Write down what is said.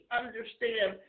understand